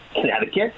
Connecticut